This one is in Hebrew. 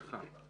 נדחה.